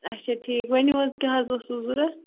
اَچھا ٹھیٖک ؤنِو حظ کیٛاہ حظ اوسُو ضروٗرت